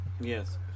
Yes